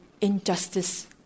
injustice